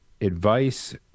advice